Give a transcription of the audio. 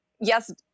yes